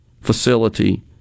facility